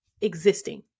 existing